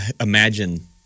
imagine